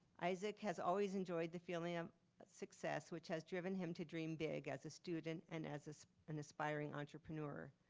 isaac has always enjoyed the feeling of success which has driven him to dream big as a student and as as an aspiring entrepreneur.